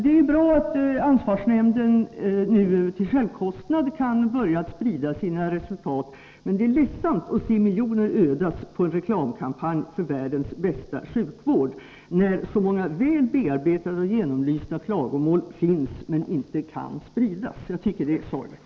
Det är bra att ansvarsnämnden nu till självkostnadspris kan börja sprida sina resultat, men det är ledsamt att se miljoner ödas på en reklamkampanj för världens bästa sjukvård, när så många väl bearbetade och genomlysta klagomål finns men inte kan spridas. Jag tycker det är sorgligt.